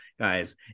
guys